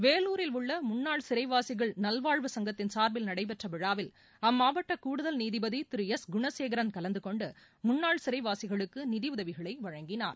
வேலூரில் உள்ள முன்னாள் சிறைவாசிகள் நல்வாழ்வு சங்கத்தின் சார்பில் நடைபெற்ற விழாவில் அம்மாவட்ட கூடுதல் நீதிபதி திரு எஸ் குணசேகரன் கலந்துகொண்டு முன்னாள் சிறைவாசிகளுக்கு நிதியுதவிகளை வழங்கினார்